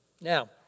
Now